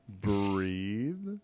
breathe